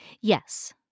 Yes